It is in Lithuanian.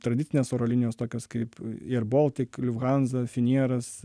tradicinės oro linijos tokios kaip air baltic hansa finieras